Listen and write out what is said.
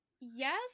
Yes